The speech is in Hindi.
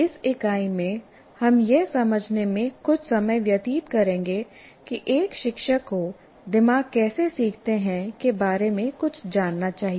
इस इकाई में हम यह समझने में कुछ समय व्यतीत करेंगे कि एक शिक्षक को दिमाग कैसे सीखते हैं के बारे में कुछ जानना चाहिए